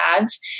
ads